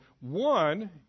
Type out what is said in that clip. one